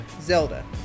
Zelda